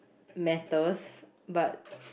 matters but